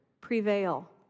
prevail